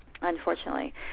unfortunately